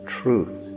truth